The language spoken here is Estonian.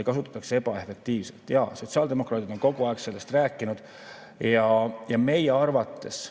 ei kasutataks ebaefektiivselt. Jaa, sotsiaaldemokraadid on kogu aeg sellest rääkinud. Meie arvates